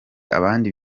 abandi